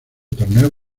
torneo